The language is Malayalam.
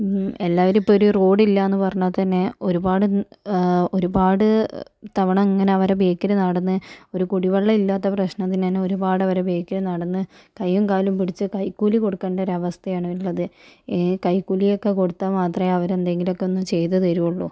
എല്ലാവരും ഇപ്പം ഒരു റോഡ് ഇല്ലയെന്ന് പറഞ്ഞാൽ തന്നെ ഒരുപാട് ഒരുപാട് തവണ ഇങ്ങനെ അവരുടെ ബേക്കിൽ നടന്ന് ഒരു കുടിവെള്ളം ഇല്ലാത്ത പ്രശ്നത്തിന് തന്നെ അവരുടെ ബേക്കിൽ നടന്ന് കൈയും കാലും പിടിച്ച് കൈക്കൂലി കൊടുക്കേണ്ട അവസ്ഥയാണ് ഉള്ളത് കൈക്കൂലി ഒക്കെ കൊടുത്താൽ മാത്രമേ അവർ എന്തെങ്കിലും ഒക്കെ ഒന്ന് ചെയ്തു തരികയുള്ളൂ